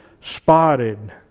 spotted